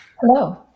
Hello